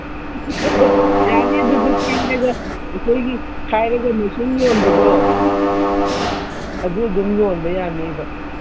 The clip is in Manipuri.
ꯌꯥꯅꯤ ꯑꯗꯨ ꯁꯦꯝꯃꯒ ꯑꯩꯈꯣꯏꯒꯤ ꯈꯥꯏꯔꯒ ꯌꯣꯟꯕꯗꯣ ꯑꯗꯨ ꯑꯗꯨꯝ ꯌꯣꯟꯕ ꯌꯥꯅꯤꯕ